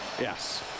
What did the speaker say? Yes